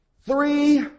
Three